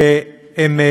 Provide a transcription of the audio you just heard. שהם,